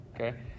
Okay